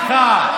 המשק בקצב צמיחה.